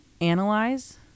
analyze